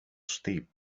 steep